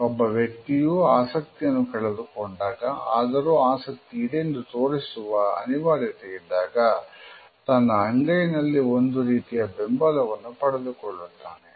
ಒಬ್ಬ ವ್ಯಕ್ತಿಯು ಆಸಕ್ತಿಯನ್ನು ಕಳೆದುಕೊಂಡಾಗ ಆದರೂ ಆಸಕ್ತಿ ಇದೆ ಎಂದು ತೋರಿಸುವ ಅನಿವಾರ್ಯತೆ ಇದ್ದಾಗ ತನ್ನ ಅಂಗೈನಲ್ಲಿ ಒಂದು ರೀತಿಯ ಬೆಂಬಲವನ್ನು ಪಡೆದುಕೊಳ್ಳುತ್ತಾನೆ